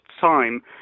time